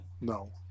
No